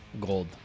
gold